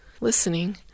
listening